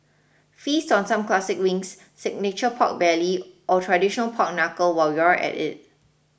feast on some classic wings signature pork belly or traditional pork Knuckle while you're at it